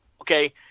Okay